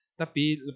Tapi